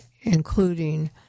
including